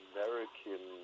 American